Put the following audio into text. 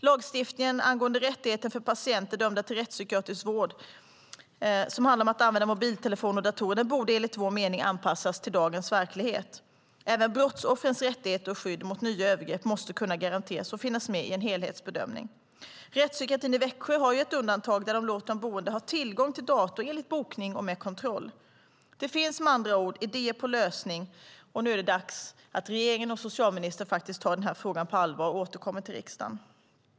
Lagstiftningen angående rättigheten för patienter dömda till rättspsykiatrisk vård att använda mobiltelefoner och datorer borde enligt vår mening anpassas till dagens verklighet. Aven brottsoffrens rättigheter och skydd mot nya övergrepp måste kunna garanteras och finnas med i en helhetsbedömning. Rättspsykiatrin i Växjö har ett undantag där de låter de boende ha tillgång till dator enligt bokning och med kontroll. Det finns med andra ord idéer om lösningar, och nu är det dags att regeringen och socialministern faktiskt tar denna fråga på allvar och återkommer till riksdagen.